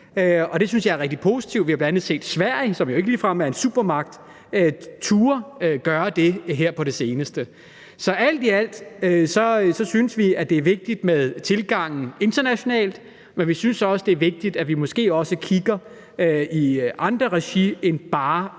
Det synes jeg er rigtig positivt. Vi har bl.a. set Sverige, som jo ikke ligefrem er en supermagt, turde gøre det her på det seneste. Alt i alt synes vi, det er vigtigt med tilgangen internationalt, og vi synes også, det er vigtigt, at vi måske også kigger andre steder end bare